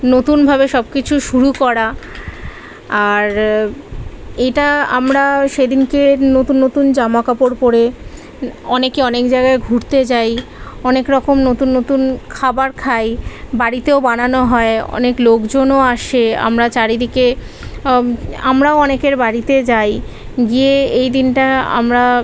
নতুনভাবে সব কিছু শুরু করা আর এইটা আমরা সেদিনকে নতুন নতুন জামা কাপড় পরে অনেকে অনেক জায়গায় ঘুরতে যাই অনেক রকম নতুন নতুন খাবার খাই বাড়িতেও বানানো হয় অনেক লোকজনও আসে আমরা চারিদিকে হ আমরাও অনেকের বাড়িতে যাই গিয়ে এই দিনটা আমরা